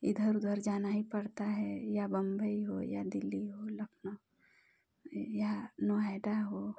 इधर उधर जाना ही पड़ता है या मुंबई हो या दिल्ली हो लखनऊ या नोएडा हो